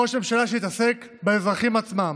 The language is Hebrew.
ראש ממשלה שיתעסק באזרחים עצמם.